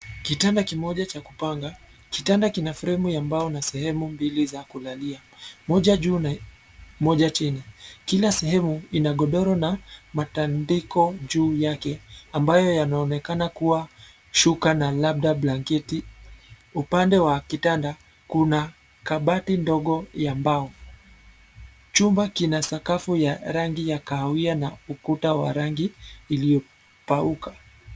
Kitanda kimoja cha kupanga, kitanda kina fremu ya mbao na sehemu mbili za kulalia, moja juu na moja chini. Kila sehemu, ina godoro na matandiko juu yake ambayo yanaonekana kuwa shuka na labda blanketi. Upande wa kitanda, kuna kabati ndogo ya mbao. Chumba kina sakafu ya rangi ya kahawia na ukuta wa rangi iliyopauka.